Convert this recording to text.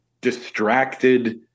distracted